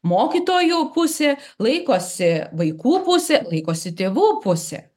mokytojų pusė laikosi vaikų pusė laikosi tėvų pusė